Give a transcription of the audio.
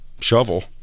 Shovel